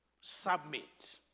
submit